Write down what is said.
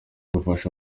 gufasha